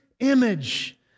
Image